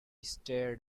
stared